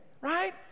right